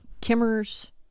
Kimmer's